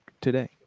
today